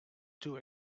too